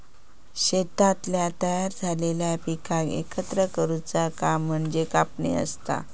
शेतातल्या तयार झालेल्या पिकाक एकत्र करुचा काम म्हणजे कापणी असता